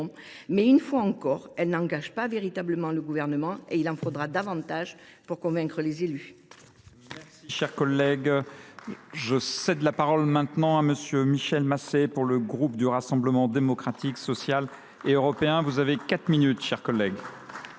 une fois encore, elle n’engage pas véritablement le Gouvernement, et il en faudra davantage pour convaincre les élus